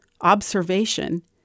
observation